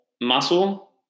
muscle